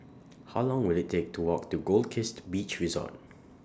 How Long Will IT Take to Walk to Goldkist Beach Resort